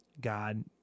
God